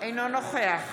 אינו נוכח